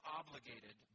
obligated